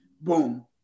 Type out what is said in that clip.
Boom